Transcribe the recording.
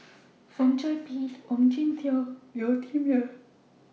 Fong Chong Pik Ong Jin Teong and Yeo Tiam Siew